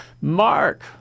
Mark